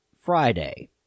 Friday